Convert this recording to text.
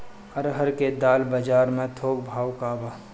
अरहर क दाल बजार में थोक भाव का बा?